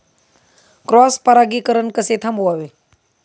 Cross परागीकरण कसे थांबवावे?